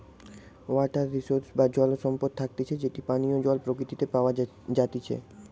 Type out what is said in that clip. water resource বা জল সম্পদ থাকতিছে যেটি পানীয় জল প্রকৃতিতে প্যাওয়া জাতিচে